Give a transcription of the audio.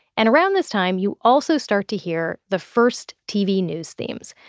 and around this time, you also start to hear the first tv news themes.